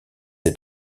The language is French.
est